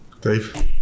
Dave